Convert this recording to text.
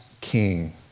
king